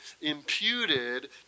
imputed